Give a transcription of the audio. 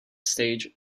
stage